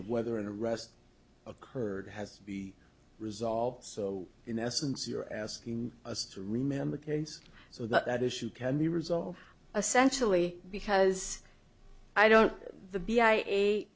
of whether an arrest occurred has to be resolved so in essence you're asking us to remember the case so that that issue can be resolved essential e because i don't the